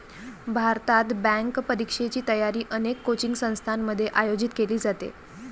भारतात, बँक परीक्षेची तयारी अनेक कोचिंग संस्थांमध्ये आयोजित केली जाते